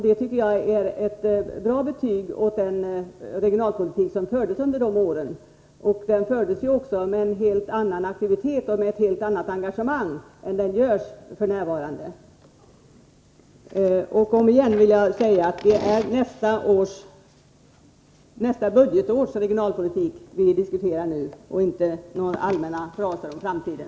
Det tycker jag är ett bra betyg på den regionalpolitik som fördes under de åren. När det gäller regionalpolitiken var det en helt annan aktivitet och ett helt annat engagemang då än det f.n. är. Återigen vill jag säga att det är nästa budgetårs regionalpolitik som vi nu diskuterar, inte några allmänna fraser om framtiden.